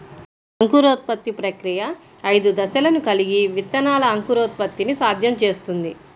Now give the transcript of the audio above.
అంకురోత్పత్తి ప్రక్రియ ఐదు దశలను కలిగి విత్తనాల అంకురోత్పత్తిని సాధ్యం చేస్తుంది